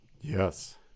Yes